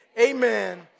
amen